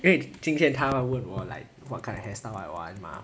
因为今天她问我 what kind of hairstyle 我 want 吗